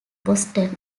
boston